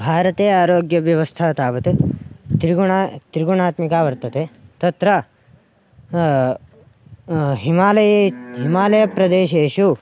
भारते आरोग्यव्यवस्था तावत् त्रिगुणा त्रिगुणात्मिका वर्तते तत्र हिमालये हिमालयप्रदेशेषु